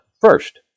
First